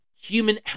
human